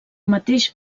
mateix